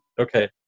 Okay